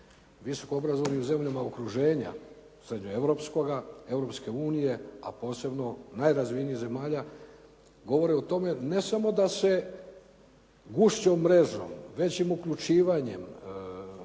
visokoobrazovanih u zemljama okruženja srednjeeuropskoga, Europske unije, a posebno najrazvijenijih zemalja govore o tome ne samo da se gušćom mrežom, većim uključivanjem,